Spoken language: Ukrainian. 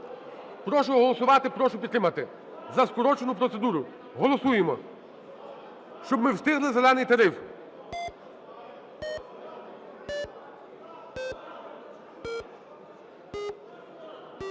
Прошу голосувати, прошу підтримати, за скорочену процедуру. Голосуємо, щоб ми встигли "зелений" тариф.